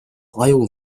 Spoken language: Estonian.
aju